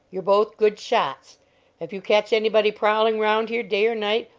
you're both good shots if you catch anybody prowling round here, day or night,